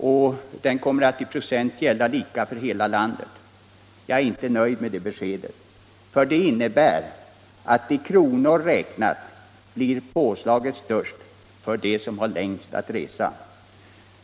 Prisökningen blir nu i procent lika för hela landet, men jag är inte nöjd med det, eftersom det innebär att påslagen i kronor räknat blir störst för dem som har längst att resa.